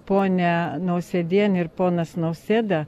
ponia nausėdienė ir ponas nausėda